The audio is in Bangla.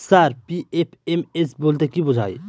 স্যার পি.এফ.এম.এস বলতে কি বোঝায়?